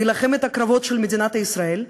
ולהילחם את הקרבות של מדינת ישראל,